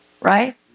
Right